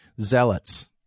zealots